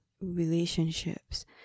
relationships